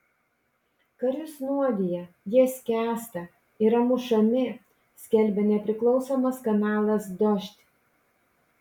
karius nuodija jie skęsta yra mušami skelbia nepriklausomas kanalas dožd